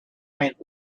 went